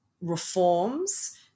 reforms